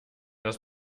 das